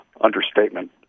understatement